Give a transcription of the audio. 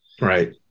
Right